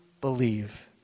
believe